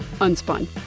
Unspun